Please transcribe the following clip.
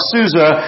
Susa